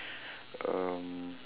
um